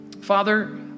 Father